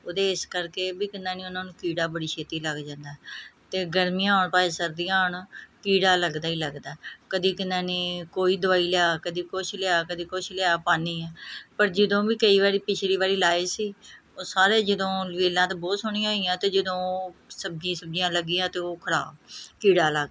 ਉਹਦੇ ਇਸ ਕਰਕੇ ਵੀ ਕਿਨਾ ਨੀ ਉਨ੍ਹਾਂ ਨੂੰ ਕੀੜਾ ਬੜੀ ਛੇਤੀ ਲੱਗ ਜਾਂਦਾ ਅਤੇ ਗਰਮੀਆਂ ਹੋਣ ਭਾਵੇਂ ਸਰਦੀਆਂ ਹੋਣ ਕੀੜਾ ਲੱਗਦਾ ਹੀ ਲੱਗਦਾ ਕਦੇ ਕਦਾਨੀ ਕੋਈ ਦਵਾਈ ਲਿਆ ਕਦੇ ਕੁਛ ਲਿਆ ਕਦੇ ਕੁਛ ਲਿਆ ਪਾਉਂਦੀ ਹਾਂ ਪਰ ਜਦੋਂ ਵੀ ਕਈ ਵਾਰ ਪਿਛਲੀ ਵਾਰ ਲਗਾਏ ਸੀ ਉਹ ਸਾਰੇ ਜਦੋਂ ਵੇਲਾਂ ਤਾਂ ਬਹੁਤ ਸੋਹਣੀਆਂ ਹੋਈਆਂ ਅਤੇ ਜਦੋਂ ਸਬਜ਼ੀ ਸੁਬਜ਼ੀਆਂ ਲੱਗੀਆਂ ਤਾਂ ਉਹ ਖ਼ਰਾਬ ਕੀੜਾ ਲੱਗ ਗਿਆ